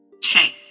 Chase